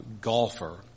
golfer